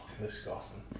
Disgusting